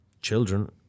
children